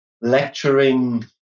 lecturing